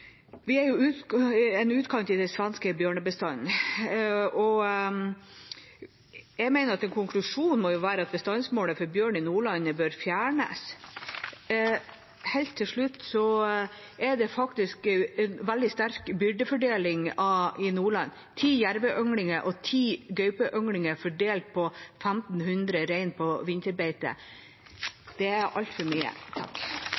en utkant av den svenske bjørnebestanden, og jeg mener konklusjonen må være at bestandsmålet for bjørn i Nordland fjernes. Helt til slutt: Det er faktisk veldig sterk byrdefordeling i Nordland. Ti jerveynglinger og ti gaupeynglinger er fordelt på 1 500 rein på